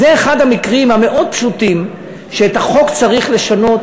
זה אחד המקרים המאוד-פשוטים שבהם צריך לשנות